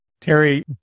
Terry